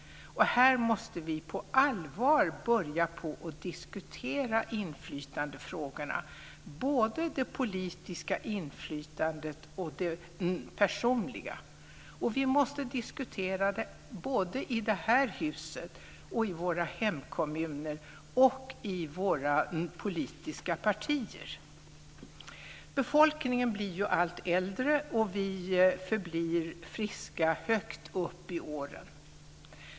Vi måste på allvar börja diskutera inflytandefrågorna. Det gäller både det politiska inflytandet och det personliga. Vi måste diskutera det såväl i det här huset och i våra hemkommuner som i våra politiska partier. Befolkningen blir ju allt äldre, och vi förblir friska högt upp i åren.